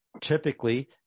typically